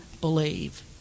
believe